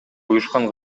уюшкан